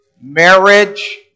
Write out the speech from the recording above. marriage